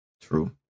true